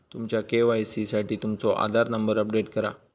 तुमच्या के.वाई.सी साठी तुमचो आधार नंबर अपडेट करा